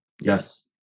yes